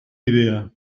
idea